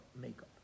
makeup